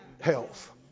health